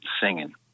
singing